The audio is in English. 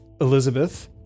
Elizabeth